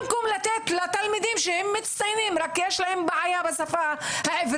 במקום לאפשר לתלמידים המצטיינים שיש להם בעיה בשפה,